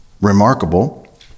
remarkable